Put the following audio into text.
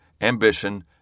ambition